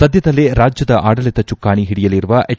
ಸದ್ದದಲ್ಲೇ ರಾಜ್ಯದ ಅಡಳಿತ ಚುಕ್ಕಾಣಿ ಹಿಡಿಯಲಿರುವ ಎಚ್